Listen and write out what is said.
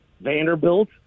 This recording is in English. Vanderbilt